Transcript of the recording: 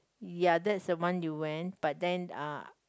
ya that's the one you went but then uh